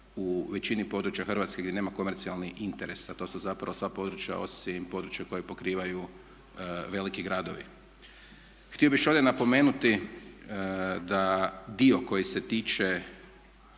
u većini područja Hrvatske gdje nema komercijalnih interesa, to su zapravo sva područja osim područja koja pokrivaju veliki gradovi. Htio bi još ovdje napomenuti da dio koji se tiče